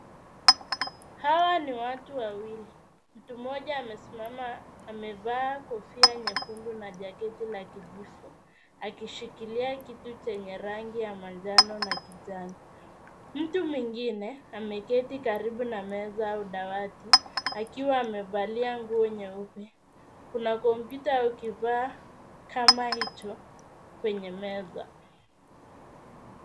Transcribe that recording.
Hawa ni watu wawili mtu mmoja amesimama amevaa kofia nyekundu na jacketi la kijivu akishikilia kitu chenye rangi ya manjano na kijani mtu mwingine ameketi karibu na meza au dawati akiwa amevalia nguo nyeupe kuna kompyuta au kifaa kama hicho kwenye meza.